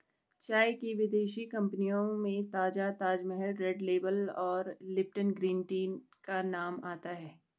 चाय की विदेशी कंपनियों में ताजा ताजमहल रेड लेबल और लिपटन ग्रीन टी का नाम आता है